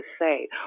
say